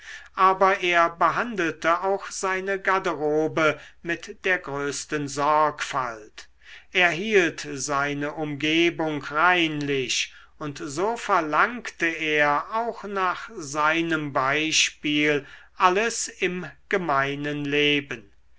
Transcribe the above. aber er behandelte auch seine garderobe mit der größten sorgfalt er hielt seine umgebung reinlich und so verlangte er auch nach seinem beispiel alles im gemeinen leben